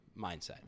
mindset